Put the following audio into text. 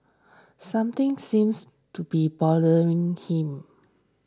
something seems to be bothering him